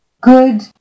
Good